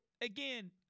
again